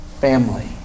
family